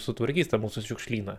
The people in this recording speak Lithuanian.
sutvarkys tą mūsų šiukšlyną